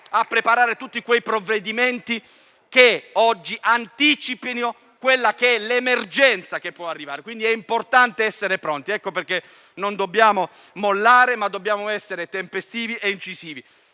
a preparare tutti quei provvedimenti che oggi anticipino l'emergenza che può determinarsi. È importante essere pronti. Ecco perché non dobbiamo mollare, ma essere tempestivi e incisivi,